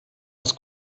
aus